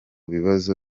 bibazo